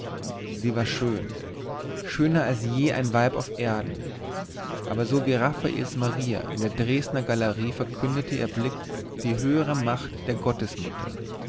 sie war schön schöner als je ein weib auf erden aber so wie raffaels maria in der dresdner galerie verkündete ihr blick die höhere macht der gottes mutter